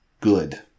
good